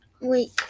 Wait